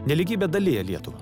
nelygybė dalija lietuvą